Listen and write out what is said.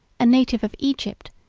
a native of egypt,